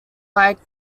like